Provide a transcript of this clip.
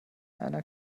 einer